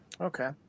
Okay